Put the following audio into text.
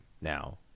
now